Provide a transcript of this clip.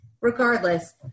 Regardless